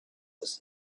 was